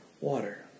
water